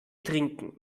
trinken